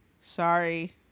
sorry